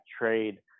trade